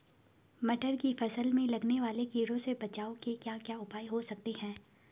मटर की फसल में लगने वाले कीड़ों से बचाव के क्या क्या उपाय हो सकते हैं?